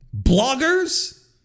bloggers